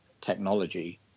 technology